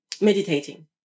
Meditating